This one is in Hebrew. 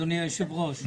אקדים ואומר שמבחינתי,